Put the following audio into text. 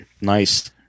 nice